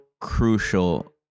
crucial